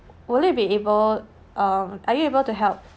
will it be able um are you able to help